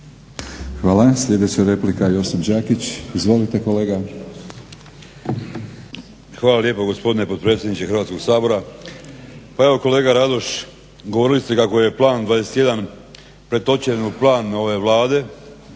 Hvala. Sljedeća replika Josip Đakić. Izvolite kolega. **Đakić, Josip (HDZ)** Hvala lijepo gospodine potpredsjedniče Hrvatskog sabora. Pa evo, kolega Radoš govorili ste kako je Plan 21 pretočen u plan ove Vlade